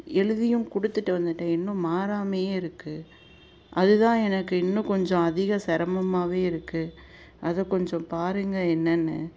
எழுதியும் கொடுத்துட்டு வந்துவிட்டேன் இன்னும் மாறாமேயே இருக்குது அது தான் எனக்கு இன்னும் கொஞ்சம் அதிக சிரமமாகவே இருக்குது அதை கொஞ்சம் பாருங்கள் என்னென்னு